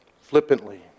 flippantly